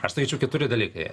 aš sakyčiau keturi dalykai